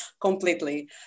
completely